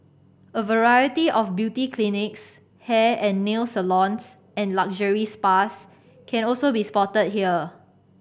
a variety of beauty clinics hair and nail salons and luxury spas can also be spotted here